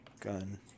gun